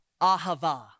Ahava